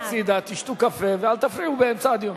לכו הצדה, תשתו קפה ואל תפריעו באמצע הדיון.